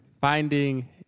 Finding